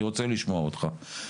אני רוצה לשמוע אותך.